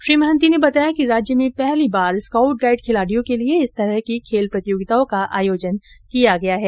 श्री महान्ति ने बताया कि राज्य में पहली बार स्काउट गाइड खिलाडियों के लिए इस तरह की खेल प्रतियोगिताओं का आयोजन किया गया है